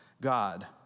God